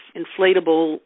inflatable